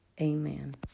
amen